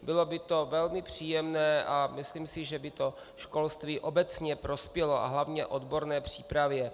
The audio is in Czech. Bylo by to velmi příjemné a myslím si, že by to školství obecně prospělo, a hlavně odborné přípravě.